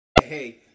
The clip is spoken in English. Hey